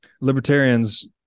libertarians